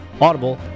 Audible